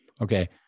Okay